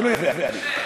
שלא יפריע לי.